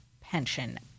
pension